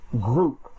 group